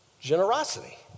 Generosity